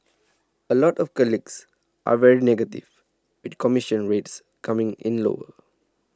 a lot of colleagues are very negative with commission rates coming in lower